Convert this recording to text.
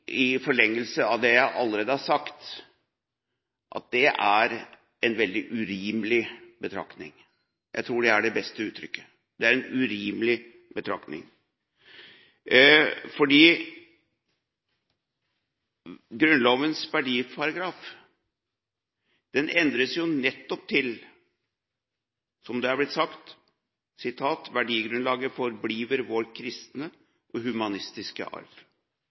i forlengelsen av det jeg allerede har sagt, at det er en veldig urimelig betraktning. Jeg tror det er det beste uttrykket – det er en urimelig betraktning, fordi Grunnlovens verdiparagraf endres jo nettopp til, som det er blitt sagt: «Værdigrundlaget forbliver vor kristne og humanistiske Arv.»